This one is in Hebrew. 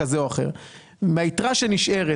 מ-460 מיליארד שקל,